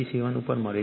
87o ઉપર મળે છે